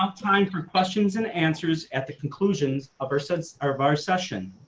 um time for questions and answers at the conclusions of our set our bar session.